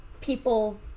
people